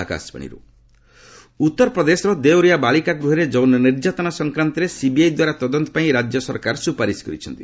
UP shelter CBI ଉତ୍ତରପ୍ରଦେଶର ଦେଓରିଆ ବାଳିକା ଗୃହରେ ଯୌନ ନିର୍ଯାତନା ସଂକ୍ରାନ୍ତରେ ସିବିଆଇ ଦ୍ୱାରା ତଦନ୍ତ ପାଇଁ ରାଜ୍ୟ ସରକାର ସୁପାରିଶ୍ କରିଛନ୍ତି